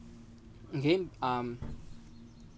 okay um